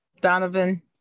Donovan